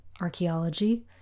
archaeology